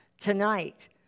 tonight